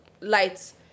lights